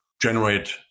generate